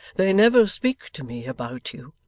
they never speak to me about you.